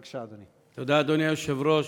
אדוני היושב-ראש,